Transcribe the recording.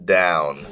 down